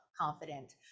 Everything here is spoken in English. confident